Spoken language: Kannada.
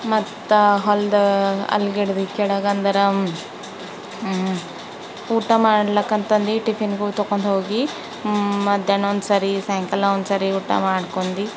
ಮತ್ತೆ ಹೊಲದ ಅಲ್ಲಿ ಗಿಡದ ಕೆಳಗಂದರೆ ಊಟ ಮಾಡ್ಲಾಕ್ಕ ಅಂತಂದು ಟಿಫಿನ್ಗೊ ತೊಗೊಂಡು ಹೋಗಿ ಮಧ್ಯಾಹ್ನ ಒಂದು ಸರಿ ಸಾಯಂಕಾಲ ಒಂದು ಸರಿ ಊಟ ಮಾಡ್ಕೊಂಡು